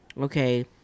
okay